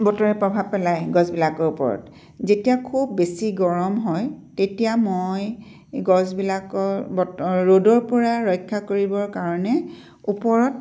বতৰে প্ৰভাৱ পেলাই গছবিলাকৰ ওপৰত যেতিয়া খুব বেছি গৰম হয় তেতিয়া মই গছবিলাকৰ বত ৰ'দৰ পৰা ৰক্ষা কৰিবৰ কাৰণে ওপৰত